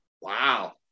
Wow